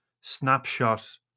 snapshot